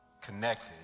connected